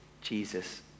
Jesus